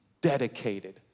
dedicated